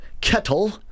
KETTLE